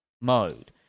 mode